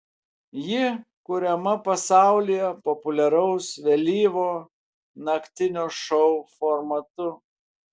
ji kuriama pasaulyje populiaraus vėlyvo naktinio šou formatu